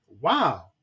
wow